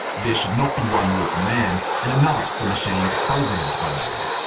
there should not be one rule for man and another for machines programmed by man.